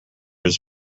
his